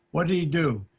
what did he do?